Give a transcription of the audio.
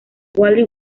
wally